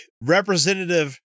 Representative